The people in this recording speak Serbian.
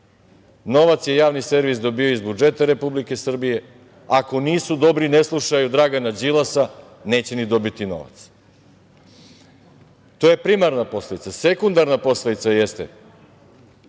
Novac je javni servis dobijao iz budžeta Republike Srbije. Ako nisu dobri, ne slušaju Dragana Đilasa, neće ni dobiti novac. To je primarna posledica. Sekundarna posledica jeste